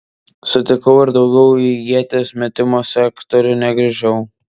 sutikau ir daugiau į ieties metimo sektorių negrįžau